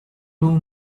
two